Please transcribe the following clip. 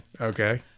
okay